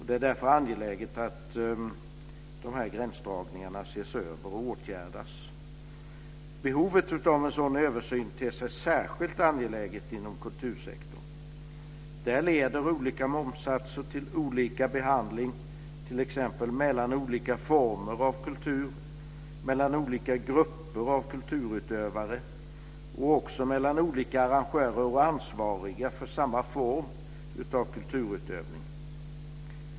Det är därför angeläget att de här gränsdragningarna ses över och åtgärdas. Behovet av en sådan översyn ter sig särskilt angeläget inom kultursektorn. Där leder olika momssatser till olika behandling - t.ex. mellan olika former av kultur, mellan olika grupper av kulturutövare och också mellan olika arrangörer och ansvariga för samma form av kulturutövning.